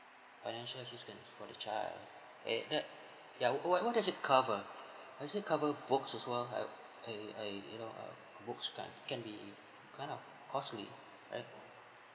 financial assistant for the child eh that ya what what does it cover actually cover book as well uh I I you know uh books kind can be kind of costly right